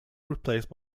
replaced